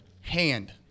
hand